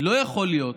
לא יכול להיות